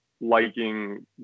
liking